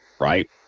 right